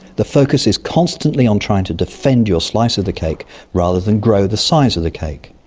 the focus is constantly on trying to defend your slice of the cake rather than grow the size of the cake.